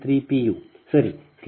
u ಸರಿ